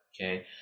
okay